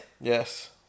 Yes